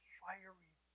fiery